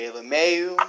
LeMayu